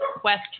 question